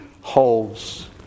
holds